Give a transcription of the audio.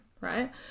right